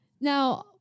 Now